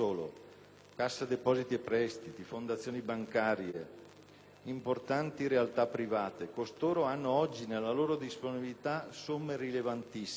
Cassa depositi e prestiti, fondazioni bancarie, importanti realtà private: costoro hanno oggi nella loro disponibilità somme rilevantissime.